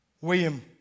William